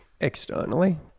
externally